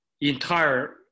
entire